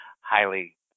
highly